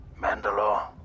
Mandalore